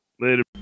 later